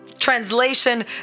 translation